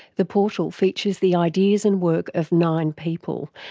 the portal features the ideas and work of nine people.